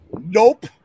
nope